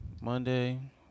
monday